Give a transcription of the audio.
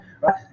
right